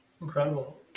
incredible